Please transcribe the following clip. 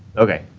okay.